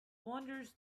wanders